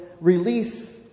release